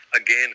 again